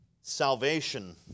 Salvation